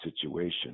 situation